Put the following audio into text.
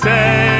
Say